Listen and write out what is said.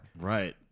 Right